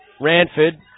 Ranford